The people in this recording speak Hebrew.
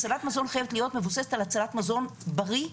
הצלת מזון חייבת להיות מבוססת על הצלת מזון בריא ובר-קיימא.